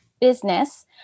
business